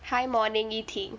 hi morning li ting